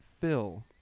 fill